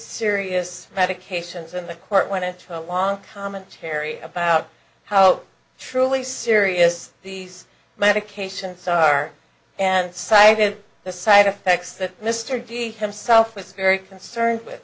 serious medications and the court went into a long commentary about how truly serious these medications are and cited the side effects that mr di himself was very concerned with